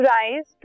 rise